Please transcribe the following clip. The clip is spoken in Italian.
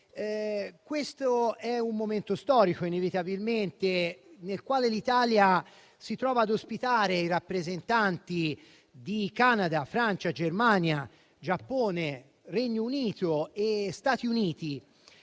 un momento storico in cui l'Italia si trova ad ospitare i rappresentanti di Canada, Francia, Germania, Giappone, Regno Unito e Stati Uniti,